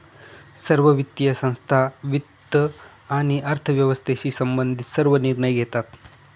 सर्व वित्तीय संस्था वित्त आणि अर्थव्यवस्थेशी संबंधित सर्व निर्णय घेतात